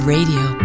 Radio